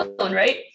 right